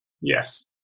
Yes